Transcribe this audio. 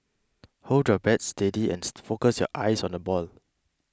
hold your bat steady and focus your eyes on the ball